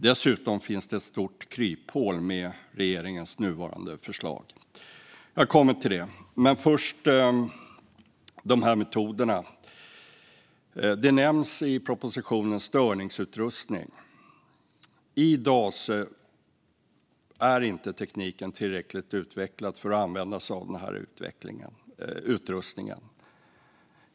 Dessutom finns det ett stort kryphål i regeringens nuvarande förslag. Jag återkommer till det. Först ska jag tala om metoderna. I propositionen nämns störningsutrustning. I dag är tekniken inte tillräckligt utvecklad för att man ska kunna använda sig av den utrustningen.